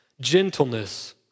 gentleness